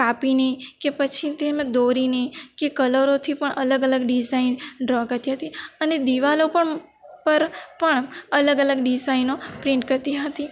કાપીને કે પછી તેમાં દોરીને કે કલરોથી પણ અલગ અલગ ડિઝાઇન ડ્રો કરતી હતી અને દીવાલો પણ પર પણ અલગ અલગ ડિઝાઈનો પ્રિન્ટ કરતી હતી